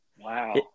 Wow